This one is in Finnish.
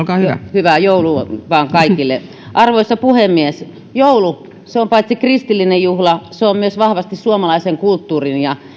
hyvää joulua vaan kaikille arvoisa puhemies joulu se on paitsi kristillinen juhla se on myös vahvasti suomalaisen kulttuurin ja